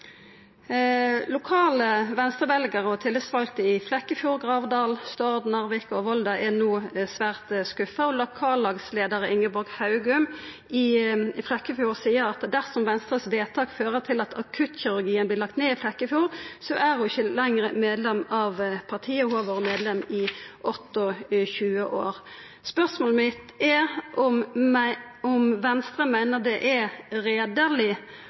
Lokale Venstre-veljarar og tillitsvalde i Flekkefjord, Gravdal, Stord, Narvik og Volda er no svært skuffa. Lokallagsleiar Ingeborg Haughom i Flekkefjord seier at dersom Venstres vedtak fører til at akuttkirurgien i Flekkefjord blir lagd ned, er ho ikkje lenger medlem av partiet. Ho har vore medlem i 28 år. Spørsmålet mitt er om Venstre meiner det er